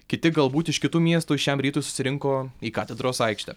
kiti galbūt iš kitų miestų šiam rytui susirinko į katedros aikštę